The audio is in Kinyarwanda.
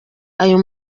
ayo